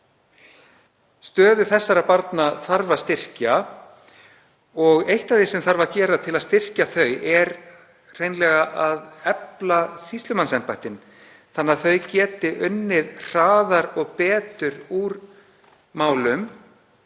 Stöðu þessara barna þarf að styrkja og eitt af því sem þarf að gera til að styrkja hana er hreinlega að efla sýslumannsembættin þannig að þau geti unnið hraðar og betur úr málum,